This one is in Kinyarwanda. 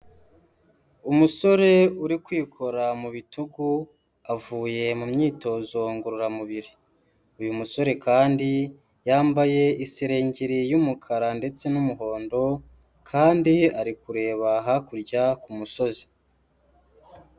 Umusore uri kwikora mu bitugu avuye mu myitozo ngororamubiri, uyu musore kandi yambaye iserengeri y'umukara ndetse n'umuhondo kandi ari kureba hakurya ku musozi.